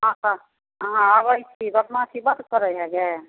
आओर तऽ आहाँ अबै छी बदमासी बड्ड करै हए गाय